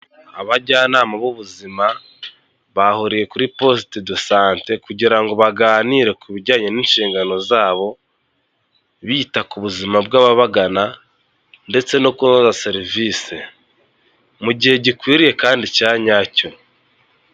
Abajyanama b'ubuzima bahuriye kuri poste de sante kugira ngo baganire ku bijyanye n'inshingano zabo; bita ku buzima bw'ababagana ndetse no kubaha serivisi mu gihe gikwiriye kandi cya nyacyo.